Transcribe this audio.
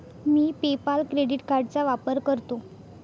मी PayPal credit कार्डचा वापर करतो